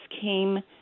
came